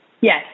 Yes